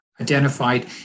identified